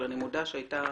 אבל, אני מודה שהיו